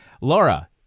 Laura